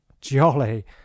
Jolly